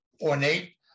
ornate